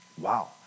Wow